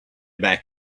back